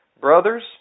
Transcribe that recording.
Brothers